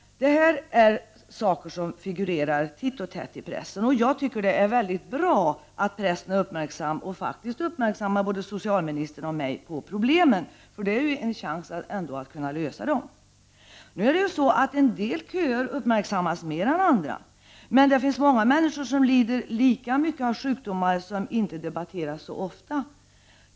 Detta är saker som figurerar titt och tätt i pressen. Jag tycker att det är mycket bra att pressen är uppmärksam och faktiskt uppmärksammar både socialministern och mig på problemen. Det ger ändå en chans att lösa dem. En del köer uppmärksammas mer än andra, men det finns många människor som lider lika mycket av sjukdomar som inte debatteras så ofta.